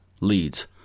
leads